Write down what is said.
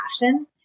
passion